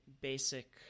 basic